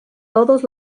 todos